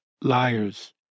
Liars